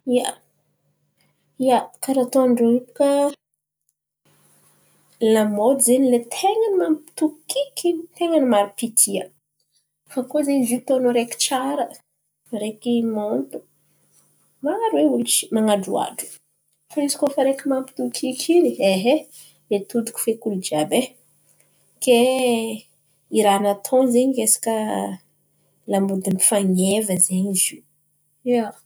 Ia, za karà atô io baka, lamôdy izen̈y lay ten̈a ny mampitokiky in̈y ten̈a maro mpitia. Fa koa zen̈y zio atondro areky tsara, areky maty, maro e olo man̈androhadro. Fa izy koa fa areky mampitokiky in̈y e hay mitodiky feky olo jiàby, kay raha natô zen̈y resaka lamôdy fàn̈eva zen̈y izo.